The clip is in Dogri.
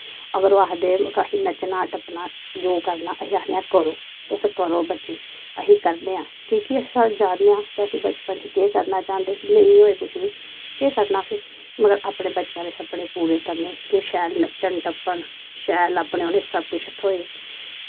अगर ओह् आखदे के असें नच्चना टप्पना जो करना अल आखने आं करो तुस करो बच्चे अस करने आं की कि अस जानने आं ते अस बच्चपन च केह् करना चांह्दे हे नेंई होआ कुछ बी केह् करना ही मतलव अपने बच्चेंआं दे सपने पूरे करने के ओह् शैल नच्चन टप्पन शैल उनें अपने शैल सब कुछ थ्होऐ